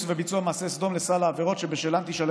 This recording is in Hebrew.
וביצוע מעשה סדום לסל העבירות שבשלן תישלל